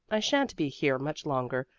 i shan't be here much longer,